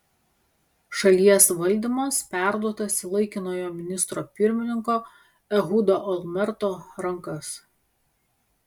šalies valdymas perduotas į laikinojo ministro pirmininko ehudo olmerto rankas